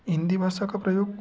हिंदी भाषा का प्रयोग